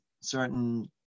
certain